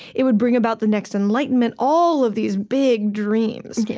it would bring about the next enlightenment all of these big dreams.